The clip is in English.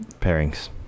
pairings